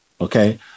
Okay